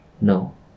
No